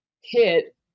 hit